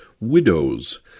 widows